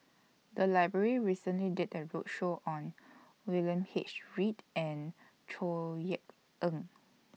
The Library recently did A roadshow on William H Read and Chor Yeok Eng